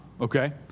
okay